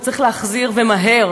וצריך להחזיר ומהר